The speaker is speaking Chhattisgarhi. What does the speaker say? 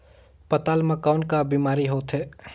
पातल म कौन का बीमारी होथे?